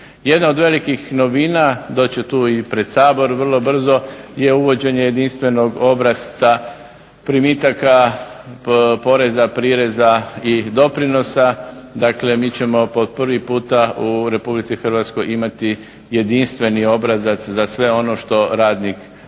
Jedna od velikih novina doći će tu i pred Sabor vrlo brzo, je uvođenje jedinstvenog obrasca primitaka poreza, prireza i doprinosa, dakle mi ćemo po prvi puta u Republici Hrvatskoj imati jedinstveni obrazac za sve ono što radnik prima.